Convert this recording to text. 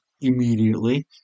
immediately